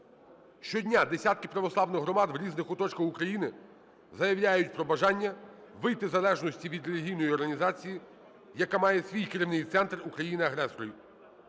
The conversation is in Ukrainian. Щодня десятки православних громад у різних куточках України заявляють про бажання вийти із залежності від релігійної організації, яка має свій керівний центр у країні-агресора.